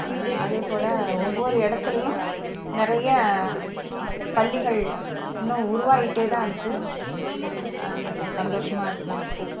அதேபோல் ஒவ்வொரு இடத்துலையும் நிறைய பள்ளிகள் இன்னும் உருவாயிட்டே தான் இருக்கு அது சந்தோஷமாக இருக்கு எனக்கு